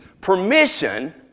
permission